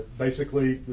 basically,